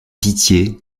pitié